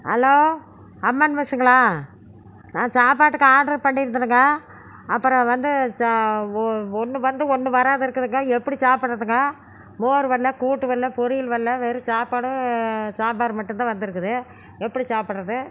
hello Amman மெஸ்ஸுங்களா நான் சாப்பாட்டுக்கு ஆட்ரு பண்ணியிருந்தனுங்க அப்புறம் வந்து சா ஓ ஒன்று வந்து ஒன்று வராத இருக்குதுங்க எப்படி சாப்பிறதுங்க மோர் வரல கூட்டு வரல பொரியல் வரல வெறும் சாப்பாடும் சாம்பார் மட்டும்தான் வந்திருக்குது எப்படி சாப்பிட்றது